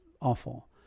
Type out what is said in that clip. awful